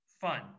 Fun